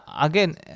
again